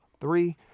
Three